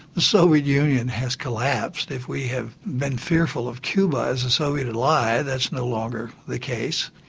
the soviet union has collapsed if we have been fearful of cuba as a soviet ally, that's no longer the case.